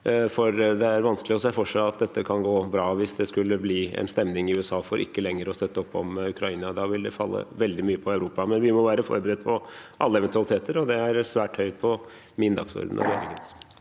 for det er vanskelig å se for seg at dette kan gå bra hvis det skulle bli en stemning i USA for ikke lenger å støtte opp om Ukraina. Da vil veldig mye falle på Europa. Vi må være forberedt på alle eventualiteter, og det er svært høyt på min dagsorden nå.